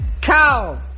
cow